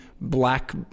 black